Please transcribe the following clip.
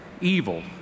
evil